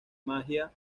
magia